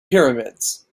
pyramids